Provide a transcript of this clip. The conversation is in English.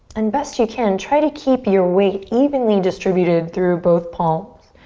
and best you can, try to keep your weight evenly distributed through both palms.